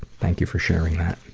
thank you for sharing that.